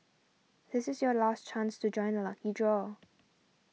this is your last chance to join the lucky draw